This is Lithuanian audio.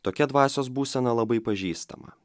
tokia dvasios būsena labai pažįstama